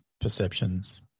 perceptions